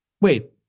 Wait